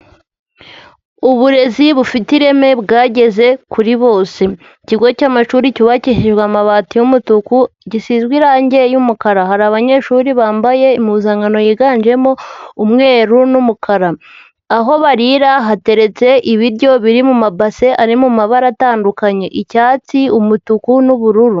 Uburezi bufite ireme bwageze kuri bose, ikigo cy'amashuri cyubakishijwe amabati y'umutuku gisizwe irangi y'umukara, hari abanyeshuri bambaye impuzankano yiganjemo umweru n'umukara, aho barira hateretse ibiryo biri mu mabase ari mu mabara atandukanye, icyatsi, umutuku n'ubururu.